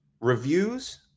reviews